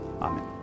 Amen